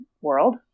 world